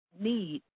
need